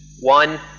One